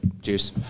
Juice